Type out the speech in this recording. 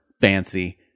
fancy